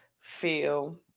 feel